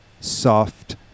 soft